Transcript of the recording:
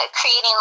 creating